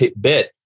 bit